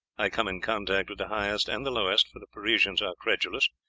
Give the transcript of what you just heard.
i come in contact with the highest and the lowest, for the parisians are credulous,